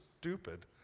stupid